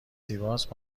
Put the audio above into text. زیباست